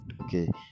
Okay